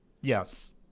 Yes